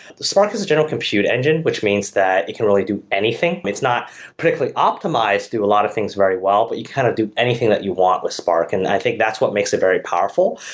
the spark is is general compute engine, which means that you can really do anything. it's not particularly optimized to do a lot of things very well, but you kind of do anything that you want with spark, and i think that's what makes it very powerful,